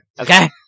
Okay